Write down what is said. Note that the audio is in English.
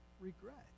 regret